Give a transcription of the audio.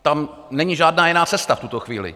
Tam není žádná jiná cesta v tuto chvíli.